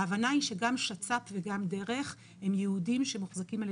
ההבנה היא שגם שצ"פ וגם דרך הם ייעודים שמוחזקים על